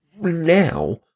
now